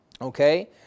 Okay